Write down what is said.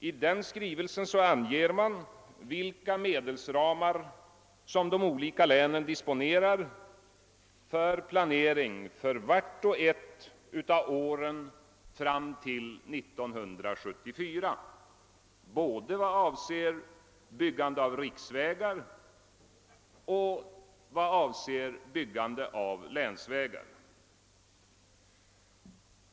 I denna skrivelse anges vilka medelsramar som de olika länen disponerar för planering för vart och ett av åren fram till 1974, både vad avser byggandet av riksvägar och vad avser byggandet av länsvägar.